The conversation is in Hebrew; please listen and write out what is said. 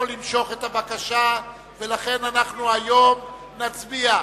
למשוך את הבקשה ולכן אנחנו היום נצביע.